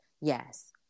yes